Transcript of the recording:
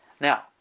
Now